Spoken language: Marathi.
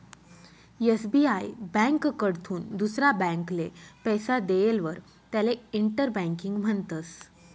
एस.बी.आय ब्यांककडथून दुसरा ब्यांकले पैसा देयेलवर त्याले इंटर बँकिंग म्हणतस